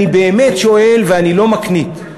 אני באמת שואל, אני לא מקניט.